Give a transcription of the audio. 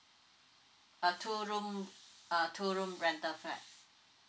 a two room a two room rental flat